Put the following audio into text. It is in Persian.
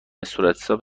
صورتحساب